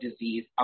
disease